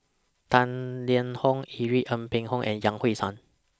Tang Liang Hong Irene Ng Phek Hoong and Yan Hui Chang